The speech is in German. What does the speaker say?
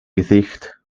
gesicht